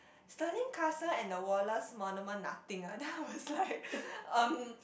Stirling Castle and the Wallace Monument nothing ah then I was like um